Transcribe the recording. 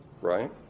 right